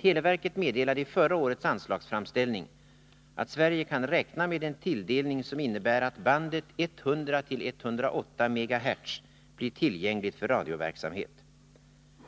Televerket meddelade i förra årets anslagsframställning att Sverige kan räkna med en tilldelning, som innebär att bandet 100-108 MHz blir tillgängligt för radioverksamhet.